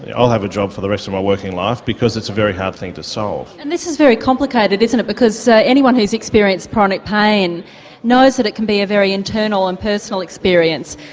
i'll have a job for the rest of my working life because it's a very hard thing to solve. and this is very complicated isn't it because so anyone who has experienced chronic pain knows that it can be a very internal and personal experience,